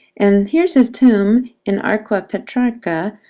and here's his tomb in arqua petrarca.